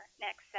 next